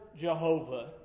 Jehovah